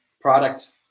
product